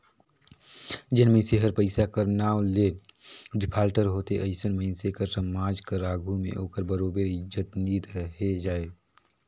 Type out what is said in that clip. जेन मइनसे हर पइसा कर नांव ले डिफाल्टर होथे अइसन मइनसे कर समाज कर आघु में ओकर बरोबेर इज्जत नी रहि जाए